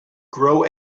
grow